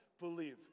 believe